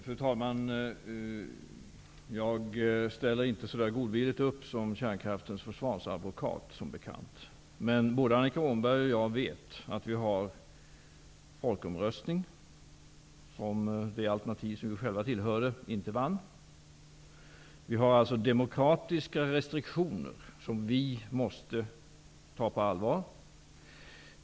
Fru talman! Jag ställer inte godvilligt upp som kärnkraftens försvarsadvokat, som bekant. Vi hade en folkomröstning, där det alternativ som Annika Åhnberg och jag stod för inte vann. Det finns alltså demokratiska restriktioner, som vi måste ta på allvar.